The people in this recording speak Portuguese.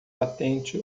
patente